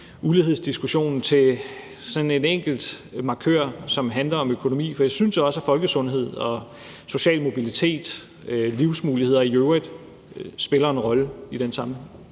ulighedsdiskussionen til en enkelt markør, som handler om økonomi, er lidt svært, for jeg synes også, at folkesundhed, social mobilitet og livsmuligheder i øvrigt spiller en rolle i den sammenhæng.